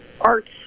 arts